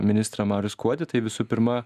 ministrą marių skuodį tai visų pirma